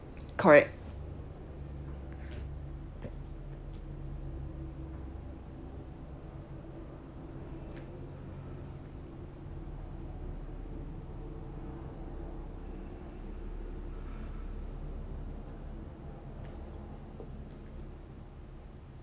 correct